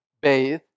bathe